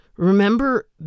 Remember